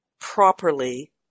properly